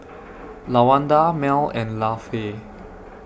Lawanda Mel and Lafe